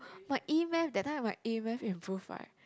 my e-math that time my a-math improve right